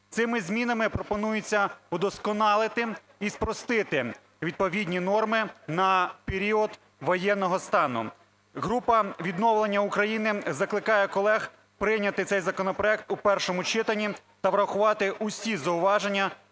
Цими змінами пропонується удосконалити і спростити відповідні норми на період воєнного стану. Група "Відновлення України" закликає колег прийняти цей законопроект у першому читанні та врахувати усі зауваження